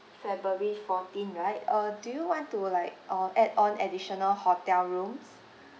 february fourteen right uh do you want to like uh add on additional hotel rooms